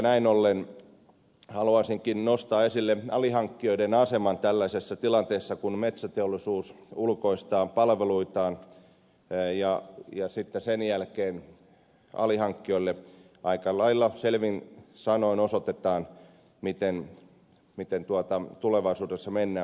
näin ollen haluaisinkin nostaa esille alihankkijoiden aseman tällaisessa tilanteessa kun metsäteollisuus ulkoistaa palveluitaan ja sitten sen jälkeen alihankkijoille aika lailla selvin sanoin osoitetaan miten tulevaisuudessa mennään